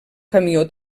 camió